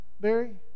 Barry